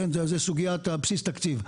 זו סוגיית בסיס תקציב.